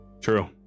true